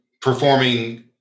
performing